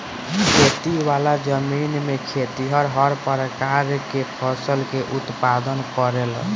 खेती वाला जमीन में खेतिहर हर प्रकार के फसल के उत्पादन करेलन